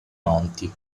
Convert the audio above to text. monti